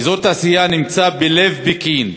אזור התעשייה נמצא בלב פקיעין,